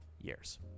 years